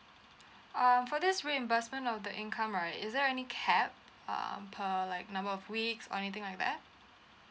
um for this reimbursement of the income right is there any cap um per like number of weeks or anything like that